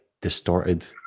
distorted